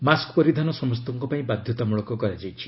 mask ପରିଧାନ ସମସ୍ତଙ୍କ ପାଇଁ ବାଧ୍ୟତାମୂଳକ କରାଯାଇଛି